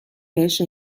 بهش